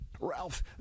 Ralph